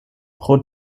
pro